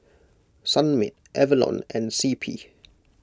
Sunmaid Avalon and C P